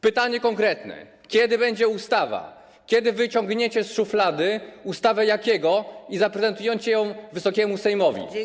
Pytanie konkretne: Kiedy będzie ustawa, kiedy wyciągniecie z szuflady ustawę Jakiego i zaprezentujecie ją Wysokiemu Sejmowi?